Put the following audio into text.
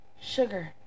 sugar